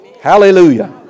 Hallelujah